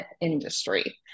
industry